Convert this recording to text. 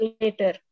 later